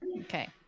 Okay